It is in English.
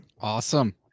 Awesome